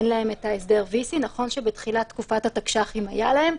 אין להם הסדר VC. נכון שבתחילת תקופת התקש"חים היה להם.